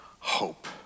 Hope